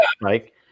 Mike